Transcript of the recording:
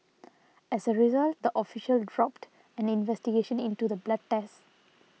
as a result the official dropped an investigation into the blood test